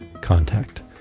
contact